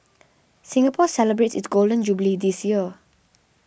Singapore celebrates its Golden Jubilee this year